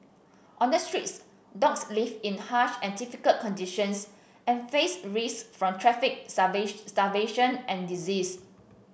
on the streets dogs live in harsh and difficult conditions and face risks from traffic starvation and disease